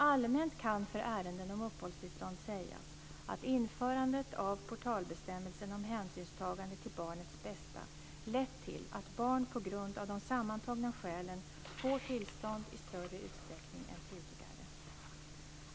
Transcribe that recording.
Allmänt kan för ärenden om uppehållstillstånd sägas att införandet av portalbestämmelsen om hänsynstagande till barnets bästa lett till att barn på grund av de sammantagna skälen får tillstånd i större utsträckning än tidigare.